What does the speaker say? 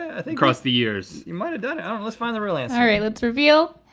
ah across the years. you might've done and it, let's find the real answer. alright, let's reveal.